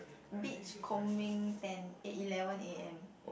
beach Kong Ming tent at eleven A_M